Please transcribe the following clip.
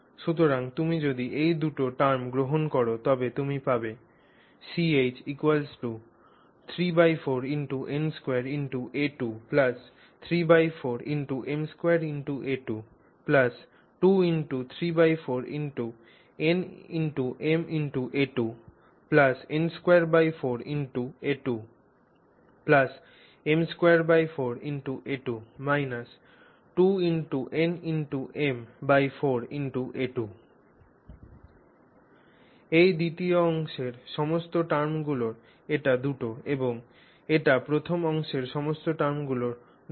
সুতরাং তুমি যদি এই দুটি টার্ম গ্রহণ কর তবে তুমি পাবে Ch34 n2a234 m2a22×34 nma2n24a2m24a2 2nm4a2 এই দ্বিতীয় অংশের সমস্ত টার্মগুলির এটি 2 এবং এটি প্রথম অংশের সমস্ত টার্মগুলির 2 টি